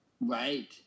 Right